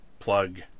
plug